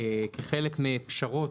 כחלק מהפשרות,